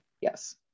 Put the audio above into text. Yes